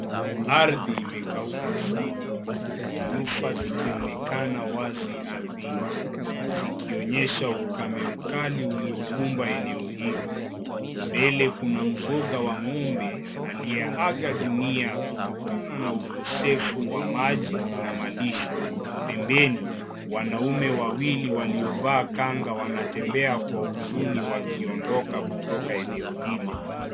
Ardhi imekauka sana, nyufa zikionekana wazi ardhini zikionyesha ukame mkali iliyokumba eneo hilo. Mbele kuna mzoga wa ng'ombe aliyeaga Dunia kutokana na ukodefu wa maji na malisho. Pembeni, wanaume wawili waliovaa kanga wanatembea kwa huzuni wakiondoka kutoka eneo hilo.